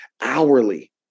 hourly